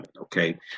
okay